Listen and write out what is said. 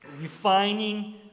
refining